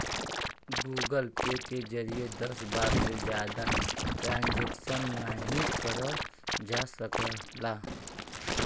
Google pay के जरिए दस बार से जादा ट्रांजैक्शन नाहीं करल जा सकला